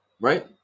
right